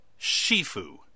Shifu